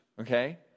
okay